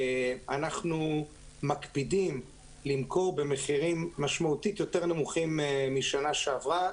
אנחנו מקפידים למכור במחירים משמעותית יותר נמוכים משנה שעברה.